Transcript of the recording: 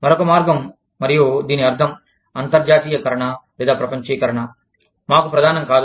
మరొక మార్గం మరియు దీని అర్థం అంతర్జాతీయీకరణ లేదా ప్రపంచీకరణ మాకు ప్ప్రధానం కాదు